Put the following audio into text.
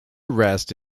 rest